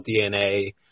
DNA